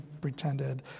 pretended